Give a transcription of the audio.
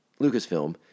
Lucasfilm